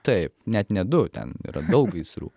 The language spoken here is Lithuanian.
taip net ne du ten yra daug gaisrų